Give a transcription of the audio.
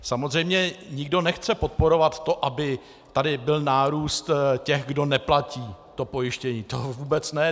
Samozřejmě nikdo nechce podporovat to, aby tady byl nárůst těch, kdo neplatí pojištění, to vůbec ne.